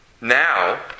Now